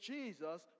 Jesus